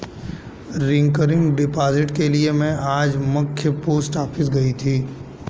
recurring deposit के लिए में आज मख्य पोस्ट ऑफिस गयी थी